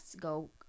go